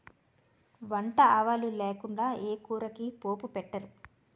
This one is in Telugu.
వంట ఆవాలు లేకుండా ఏ కూరకి పోపు పెట్టరు